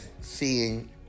seeing